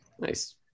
nice